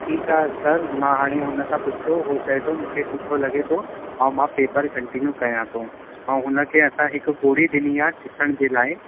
ठीकु आहे सर मां हाणे हुन सां पुछो हू चए थो मूंखे सुठो लॻे थो ऐं मां पेपर कंटीन्यू कयां थो ऐं हुन खे असां हिकु गोरी ॾिनी आहे चूसण जे लाइ